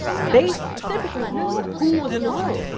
based specifically on who was in the room.